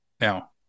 Now